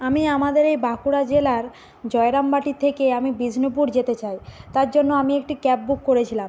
আমি আমাদের এই বাঁকুড়া জেলার জয়রামবাটির থেকে আমি বিষ্ণুপুর যেতে চাই তার জন্য আমি একটি ক্যাব বুক করেছিলাম